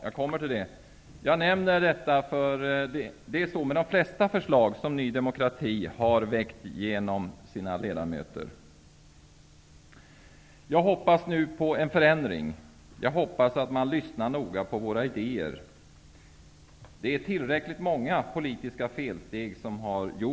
Herr talman! Jag nämner detta, eftersom det är så med de flesta förslag som Ny demokrati har väckt genom sina ledamöter. Jag hoppas nu på en förändring. Jag hoppas att man lyssnar noga på våra idéer. Det är tillräckligt många politiska felsteg som nu har tagits.